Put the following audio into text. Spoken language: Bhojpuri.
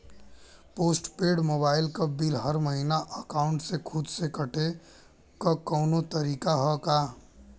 पोस्ट पेंड़ मोबाइल क बिल हर महिना एकाउंट से खुद से कटे क कौनो तरीका ह का?